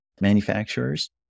manufacturers